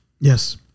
yes